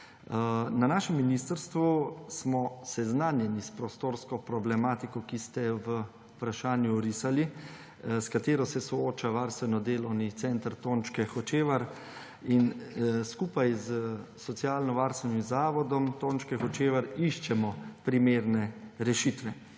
Na našem ministrstvu smo seznanjeni s prostorsko problematiko, ki ste jo v vprašanju orisali, s katero se sooča Varstveno-delovni center Tončke Hočevar in skupaj s socialnovarstvenim zavodom Tončke Hočevar iščemo primerne rešitve.